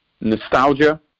nostalgia